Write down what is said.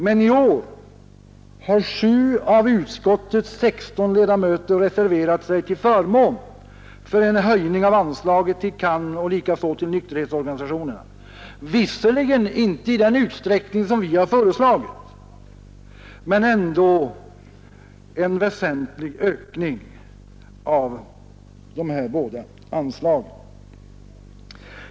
Men i år har sju av utskottets femton ledamöter reserverat sig till förmån för en höjning av anslaget till CAN och likaså av anslaget till nykterhetsorganisationerna, visserligen inte i den utsträckning som vi har föreslagit, men ändå en väsentlig ökning av de här båda anslagen.